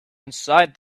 inside